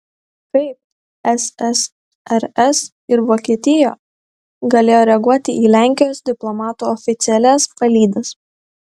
kaip ssrs ir vokietija galėjo reaguoti į lenkijos diplomatų oficialias palydas